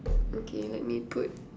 okay let me put